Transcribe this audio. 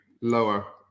lower